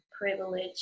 privilege